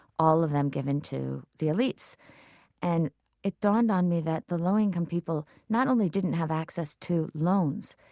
all of them given to the elites and it dawned on me that the low-income people not only didn't have access to loans,